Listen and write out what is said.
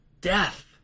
death